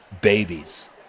babies